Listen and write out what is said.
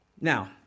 Now